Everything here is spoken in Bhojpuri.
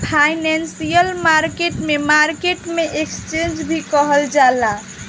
फाइनेंशियल मार्केट में मार्केट के एक्सचेंन्ज भी कहल जाला